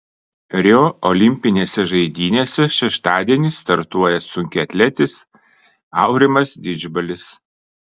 rio olimpinėse žaidynėse šeštadienį startuoja sunkiaatletis aurimas didžbalis